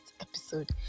episode